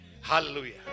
Hallelujah